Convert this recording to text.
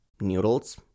noodles